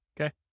Okay